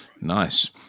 nice